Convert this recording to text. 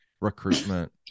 recruitment